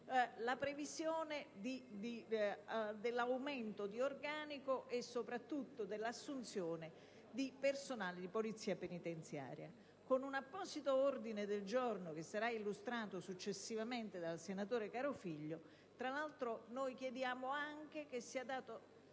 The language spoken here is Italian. la previsione dell'aumento di organico e soprattutto dell'assunzione di personale di Polizia penitenziaria. Con un apposito ordine del giorno che sarà illustrato successivamente dal senatore Carofiglio, tra l'altro noi chiediamo anche che sia data